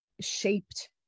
shaped